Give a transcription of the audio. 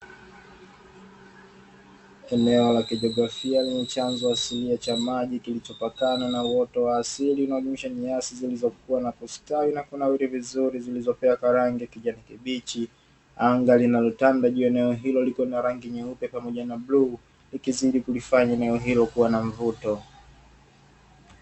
Eneo la kijiografia lenye chanzo asilia cha maji kilichopakana na uoto wa asili unaadhimisha nyasi zilizokuwa na kustawi na kunawiri vizuri zilizopea kwa rangi ya kijani kibichi anga linalotanda juu ya eneo hilo lilikuwa lina rangi nyeupe pamoja na bluu likizidi kulifanya eneo hilo kuwa na mvuto.